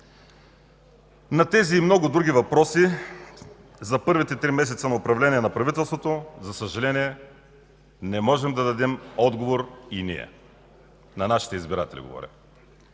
На тези и много други въпроси за първите три месеца на управление на правителството, за съжаление, не можем да дадем отговор и ние – на нашите избиратели, говоря.